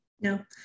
no